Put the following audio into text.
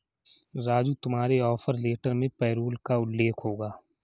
राजू तुम्हारे offer letter में payroll का उल्लेख होगा